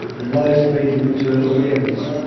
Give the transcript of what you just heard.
and low speed limits in urban areas.